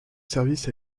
services